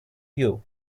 you